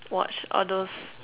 watch all those